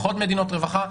פחות מדיניות רווחה,